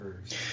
first